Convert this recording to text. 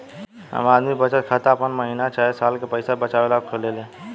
आम आदमी बचत खाता आपन महीना चाहे साल के पईसा बचावे ला खोलेले